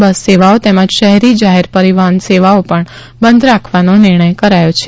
બસ સેવાઓ તેમજ શહેરી જાહેર પરિવહન સેવાઓ પણ બંધ રાખવાનો નિર્ણય કરાયો છે